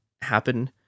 happen